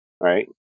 right